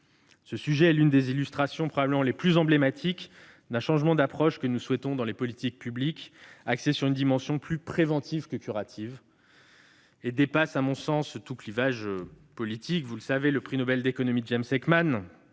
probablement l'une des illustrations les plus emblématiques d'un changement d'approche que nous souhaitons dans les politiques publiques, axé sur une dimension plus préventive que curative, et dépasse, à mon sens, tout clivage politique. Comme vous le savez, le prix Nobel d'économie James Heckman